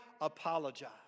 apologize